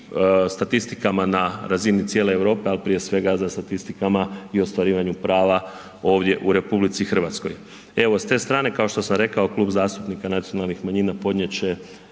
statistikama na razini cijele Europe, ali prije svega za statistikama i ostvarivanju prava ovdje u RH. Evo, s te stranke kao što sam rekao Klub zastupnika nacionalnih manjina podnijet